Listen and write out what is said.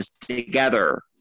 together